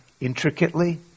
intricately